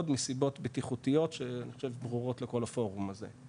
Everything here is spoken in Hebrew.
מסיבות בטיחותיות שברורות לכל הפורום הזה,